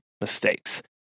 mistakes